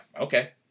okay